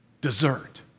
dessert